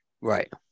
right